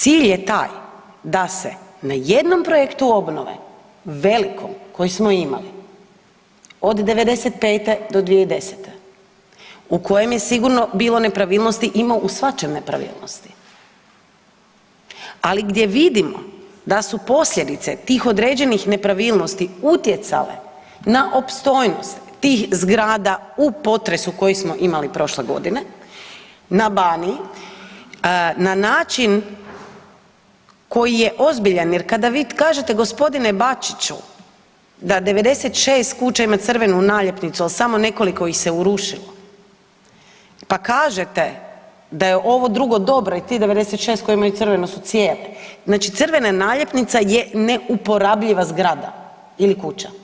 Cilj je taj da se na jednom projektu obnove velikom, koji smo imali, od '95. do 2010. u kojem je sigurno bilo nepravilnosti, ima u svačem nepravilnosti, ali gdje vidimo da su posljedice tih određenih nepravilnosti utjecale na opstojnost tih zgrada u potresu koji smo imali prošle godine na Baniji, na način koji je ozbiljan, jer kada vi kažete, g. Bačiću, da 96 kuća ima crvenu naljepnicu, ali samo nekoliko ih se urušilo, pa kažete da je ovo drugo dobro i tih 96 koji imaju crvene su cijele, znači crvena naljepnica je neuporabljiva zgrada ili kuća.